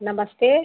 नमस्ते